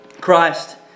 Christ